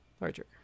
Larger